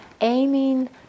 aiming